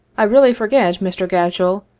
i really forget, mr. gatchell,